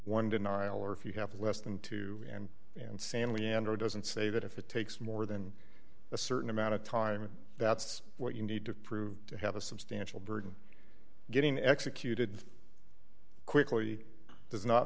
one denial or if you have less than two and san leandro doesn't say that if it takes more than a certain amount of time that's what you need to prove to have a substantial burden getting executed quickly does not